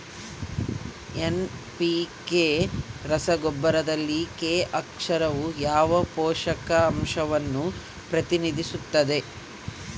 NPK ರಸಗೊಬ್ಬರದಲ್ಲಿ K ಅಕ್ಷರವು ಯಾವ ಪೋಷಕಾಂಶವನ್ನು ಪ್ರತಿನಿಧಿಸುತ್ತದೆ?